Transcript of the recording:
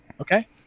Okay